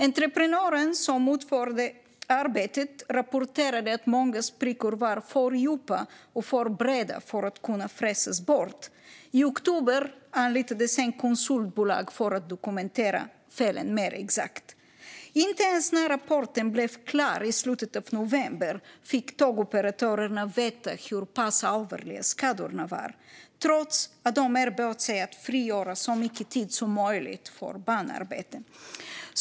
Entreprenören som utförde arbetet rapporterade att många sprickor var för djupa och för breda för att kunna fräsas bort. I oktober anlitades ett konsultbolag för att dokumentera felen mer exakt. Inte ens när rapporten blev klar i slutet av november fick tågoperatörerna veta hur pass allvarliga skadorna var, trots att de erbjöd sig att frigöra så mycket tid som möjligt för banarbeten.